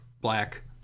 black